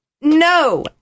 No